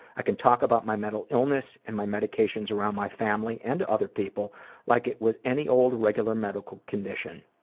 i could talk about my mental illness and my medications around my family and other people like it was any old regular medical condition.